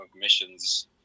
missions